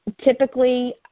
typically